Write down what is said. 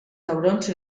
taurons